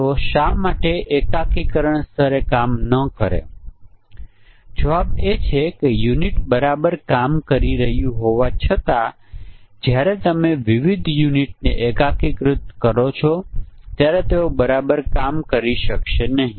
તે ઘણા બધાં મૂલ્યો છે જેમાં આપણે ખરેખર બધા સંભવિત સંયોજનો ચકાસી શકતા નથી